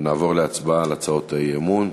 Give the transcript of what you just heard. ונעבור להצבעה על הצעות האי-אמון.